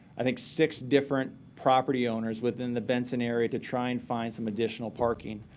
i think, six different property owners within the benson area to try and find some additional parking.